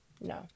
no